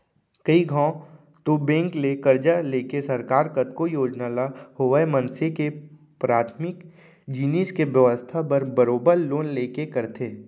कइ घौं तो बेंक ले करजा लेके सरकार कतको योजना ल होवय मनसे के पराथमिक जिनिस के बेवस्था बर बरोबर लोन लेके करथे